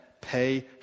pay